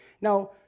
Now